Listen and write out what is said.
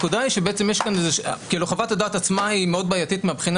הנקודה היא שחוות-הדעת מאוד בעייתית מהבחינה